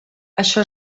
això